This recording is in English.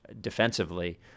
defensively